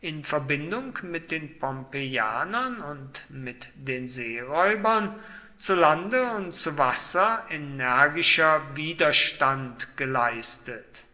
in verbindung mit den pompeianern und mit den seeräubern zu lande und zu wasser energischer widerstand geleistet